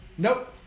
Nope